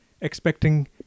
expecting